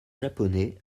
japonais